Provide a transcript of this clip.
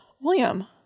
William